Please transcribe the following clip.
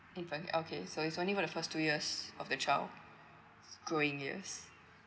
infant okay so is only for the first two years of the child growing years